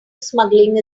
smuggling